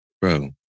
Bro